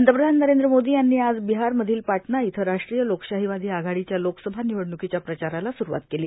पंतप्रधान नरेंद्र मोदी यांनी आज बिहार मधील पाटना इथं राष्ट्रीय लोकशाहिवादी आघाडीच्या लोकसभा निवडण्कीच्या प्रचाराला स्रूवात केली